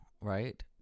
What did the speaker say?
right